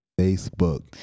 Facebook